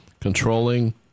controlling